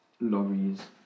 lorries